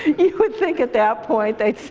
you would think at that point they'd say,